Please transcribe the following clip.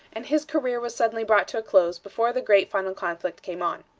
and his career was suddenly brought to a close, before the great final conflict came on.